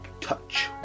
touch